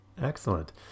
excellent